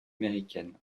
américaines